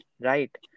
right